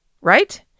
right